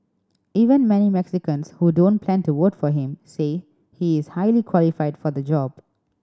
even many Mexicans who don't plan to vote for him say he is highly qualified for the job